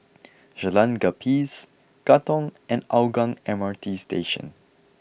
Jalan Gapis Katong and Hougang M R T Station